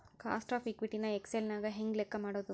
Cost of equity ನ Excel ನ್ಯಾಗ ಹೆಂಗ್ ಲೆಕ್ಕಾ ಮಾಡೊದು?